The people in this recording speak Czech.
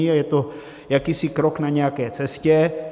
Je to jakýsi krok na nějaké cestě.